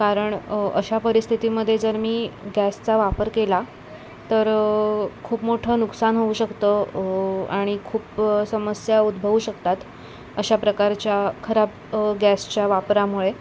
कारण अशा परिस्थितीमध्ये जर मी गॅसचा वापर केला तर खूप मोठं नुकसान होऊ शकतं आणि खूप समस्या उद्भवू शकतात अशा प्रकारच्या खराब गॅसच्या वापरामुळे